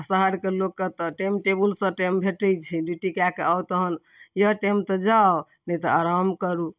आ शहरके लोककेँ तऽ टाइम टेबुलसँ टाइम भेटैत छै ड्यूटी कै कऽ आउ तहन यऽ टाइम तऽ जाउ नहि तऽ आराम करू